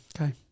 Okay